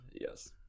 yes